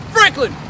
Franklin